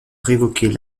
révoquer